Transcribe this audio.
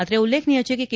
અત્રે ઉલ્લેખનીય છે કે કે